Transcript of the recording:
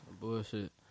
Bullshit